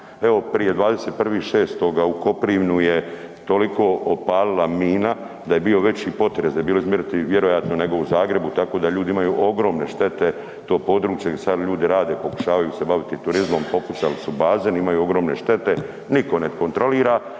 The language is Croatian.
prije 21.6. u Koprivnu je toliko opalila mina da je bio veći potres, da je bilo izmjeriti, vjerojatno nego u Zagrebu, tako da ljudi imaju ogromne štete, to područje gdje sad ljudi rade pokušavaju se baviti turizmom, popucali su bazeni, imaju ogromne štete, niko ne kontrolira